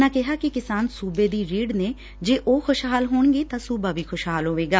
ਉਨ੍ਹਾਂ ਕਿਹਾ ਕਿ ਕਿਸਾਨ ਸੂਬੇ ਦੀ ਰੀੜ ਨੇ ਜੇ ਉਹ ਖੁਸ਼ਹਾਲ ਹੋਣਗੇ ਤਾ ਸੂਬਾ ਖੁਸ਼ਹਾਲ ਹੋਵੇਗਾ